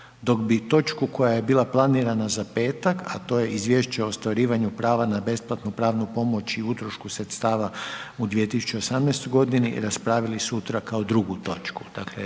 Dok bi točku koja je bila planirana za petak, a to je Izvješće o ostvarivanju prava na besplatnu pravnu pomoć i utrošku sredstava u 2018.g. raspravili sutra kao drugu točku.